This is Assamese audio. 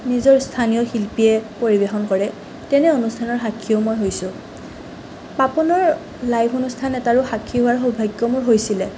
নিজৰ স্থানীয় শিল্পীয়ে পৰিৱেশন কৰে তেনে অনুষ্ঠানৰ সাক্ষীও মই হৈছোঁ পাপনৰ লাইভ অনুষ্ঠান এটাৰো সাক্ষী হোৱাৰ সৌভাগ্য মোৰ হৈছিলে